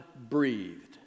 breathed